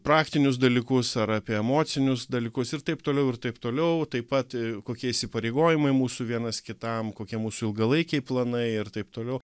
praktinius dalykus ar apie emocinius dalykus ir taip toliau ir taip toliau taip pat kokie įsipareigojimai mūsų vienas kitam kokie mūsų ilgalaikiai planai ir taip toliau